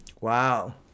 Wow